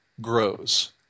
grows